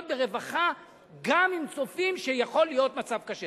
ברווחה גם אם צופים שיכול להיות מצב קשה.